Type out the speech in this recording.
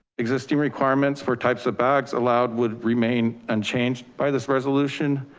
existing requirements for types of bags allowed would remain unchanged by this resolution.